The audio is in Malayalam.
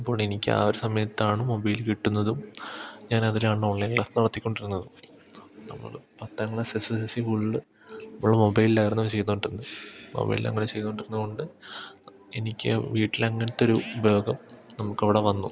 അപ്പോൾ എനിക്കാ ഒരു സമയത്താണ് മൊബൈൽ കിട്ടുന്നതും ഞാൻ അതിലാണ് ഓൺലൈൻ ക്ലാസ് നടത്തിക്കൊണ്ടിരുന്നതും നമ്മള് പത്താം ക്ലാസ് എസ്സെസ്സെല്സി ഫുൾ നമ്മള് മൊബൈലിലായിരുന്നു ചെയ്തുകൊണ്ടിരുന്നത് മൊബൈലിലങ്ങനെ ചെയ്തോണ്ടിരുന്നതുകൊണ്ട് എനിക്കു വീട്ടിലങ്ങനത്തൊരു ഉപയോഗം നമുക്കവിടെ വന്നു